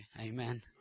Amen